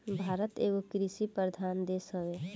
भारत एगो कृषि प्रधान देश हवे